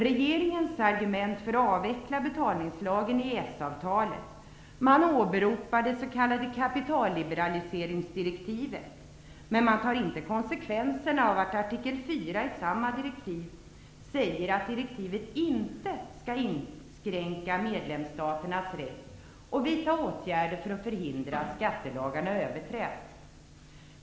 Regeringens argument för att avveckla betalningslagen är EES-avtalet. Man åberopar det s.k. kapitalliberaliseringsdirektivet. Men regeringen tar inte konsekvenserna av att artikel 4 i samma direktiv säger att direktivet inte skall inskränka medlemsstaternas rätt att vidta åtgärder för att förhindra att skattelagarna överträds.